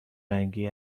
رنگی